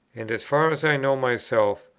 and as far as i know myself,